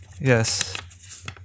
Yes